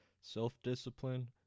self-discipline